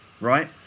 right